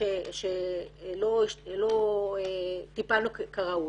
שלא טיפלנו כראוי.